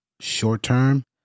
short-term